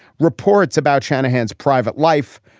reports about shanahan's private life.